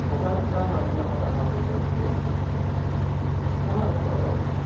शताधिकाः अध्यापकाः बोधनङ्कुर्वन्ति सः अस्माकं